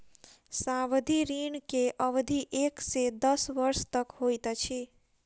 सावधि ऋण के अवधि एक से दस वर्ष तक होइत अछि